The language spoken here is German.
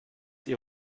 ihr